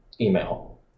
email